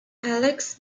alex